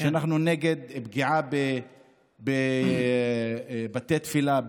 אנחנו נגד פגיעה בבתי תפילה,